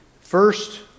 First